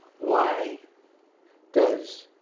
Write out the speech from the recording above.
why does